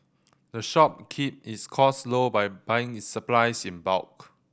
the shop keep its costs low by buying its supplies in bulk